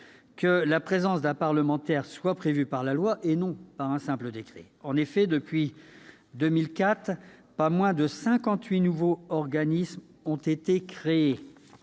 que la présence d'un parlementaire soit prévue par la loi, et non par un simple décret. En effet, depuis 2014, soixante nouveaux organismes ont été créés